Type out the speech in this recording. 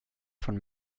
von